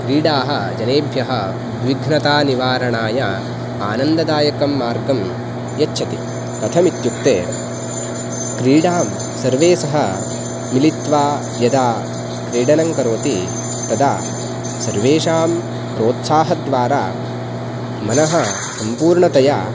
क्रीडाः जनेभ्यः उद्विघ्नतानिवारणाय आनन्ददायकं मार्गं यच्छति कथमित्युक्ते क्रीडां सर्वैः सह मिलित्वा यदा क्रीडनं करोति तदा सर्वेषां प्रोत्साहद्वारा मनः सम्पूर्णतया